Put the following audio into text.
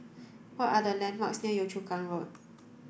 what are the landmarks near Yio Chu Kang Road